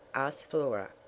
asked flora.